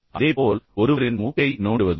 அதேபோல் ஒருவரின் மூக்கை நோண்டுவதும்